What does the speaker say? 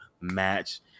match